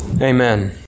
Amen